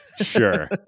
sure